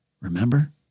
Remember